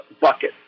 bucket